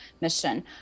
mission